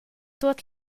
tuot